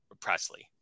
Presley